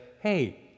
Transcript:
hey